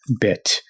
bit